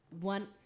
one